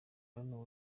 hano